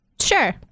Sure